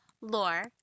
lore